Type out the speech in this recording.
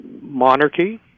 Monarchy